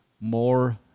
more